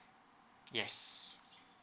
yes